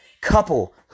couple